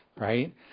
Right